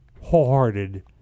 wholehearted